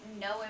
no